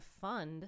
fund